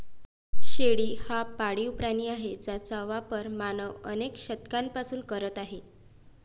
शेळी हा पाळीव प्राणी आहे ज्याचा वापर मानव अनेक शतकांपासून करत आहे